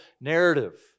narrative